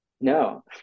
No